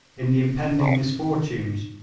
in the impending misfortunes,